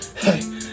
hey